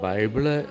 Bible